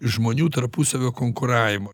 žmonių tarpusavio konkuravimo